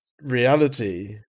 reality